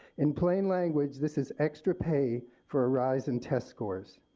in plain language this is extra pay for a rise in test scores.